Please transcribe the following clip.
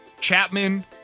Chapman